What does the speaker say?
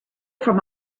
from